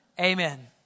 Amen